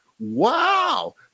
Wow